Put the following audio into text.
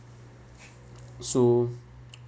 so